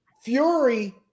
Fury